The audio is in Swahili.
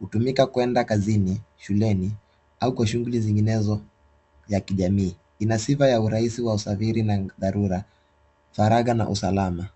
hutumika kuenda kazini, shuleni, au kwa shughuli zinginezo ya kijamii. Ina sifa ya urahisi wa usafiri na ni dharura, faragha na usalama.